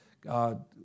God